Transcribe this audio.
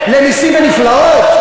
לנסים ונפלאות?